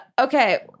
okay